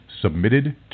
Submitted